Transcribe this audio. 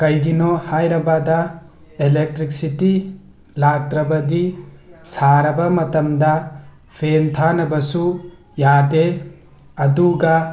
ꯀꯔꯤꯒꯤꯅꯣ ꯍꯥꯏꯔꯕꯗ ꯏꯂꯦꯛꯇ꯭ꯔꯤꯛꯁꯤꯇꯤ ꯂꯥꯛꯇ꯭ꯔꯕꯗꯤ ꯁꯥꯔꯕ ꯃꯇꯝꯗ ꯐꯦꯟ ꯊꯥꯅꯕꯁꯨ ꯌꯥꯗꯦ ꯑꯗꯨꯒ